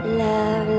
love